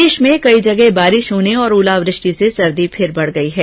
प्रदेश में कई जगह बारिश होने और ओलावृष्टि से सर्दी फिर बढ़ गई है